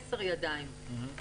אני גם חושב.